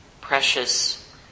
precious